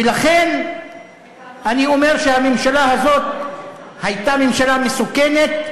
ולכן אני אומר שהממשלה הזאת הייתה ממשלה מסוכנת,